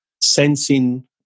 sensing